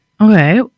okay